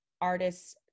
artists